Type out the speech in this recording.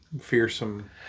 fearsome